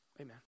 amen